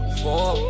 four